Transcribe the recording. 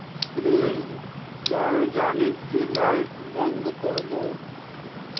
please دائیں جانب کی لائٹ بند کر دو